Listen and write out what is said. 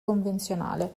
convenzionale